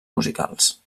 musicals